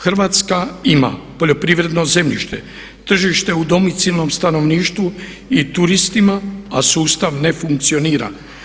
Hrvatska ima poljoprivredno zemljište, tržište u domicilnom stanovništvu i turistima a sustav ne funkcionira.